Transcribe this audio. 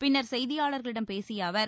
பின்னர் செய்தியாளர்களிடம் பேசிய அவர்